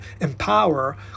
empower